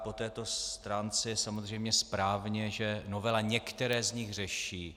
Po této stránce je samozřejmě správně, že novela některé z nich řeší.